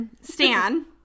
stan